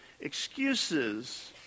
excuses